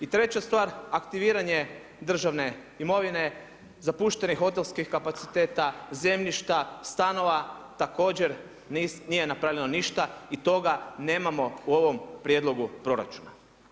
I treća stvar aktiviranje državne imovine zapuštenih hotelskih kapaciteta, zemljišta, stanova također nije napravljeno ništa i toga nemamo u ovom prijedlogu proračuna.